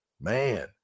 Man